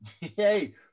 Hey